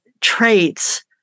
traits